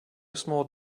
small